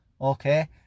Okay